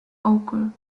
occur